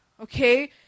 okay